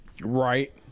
right